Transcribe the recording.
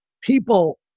people